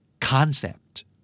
Concept